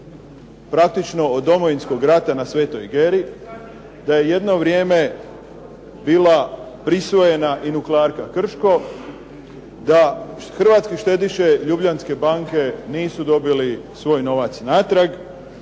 praktično od Domovinskog rata na Svetoj Geri, da je jedno vrijeme bila prisvojena i nuklearka Krško, da hrvatski štediše Ljubljanske banke nisu dobili svoj novac natrag,